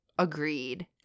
Agreed